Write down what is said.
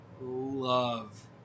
love